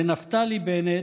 לנפתלי בנט,